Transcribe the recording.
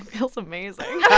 it feels amazing